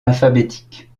alphabétique